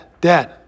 dad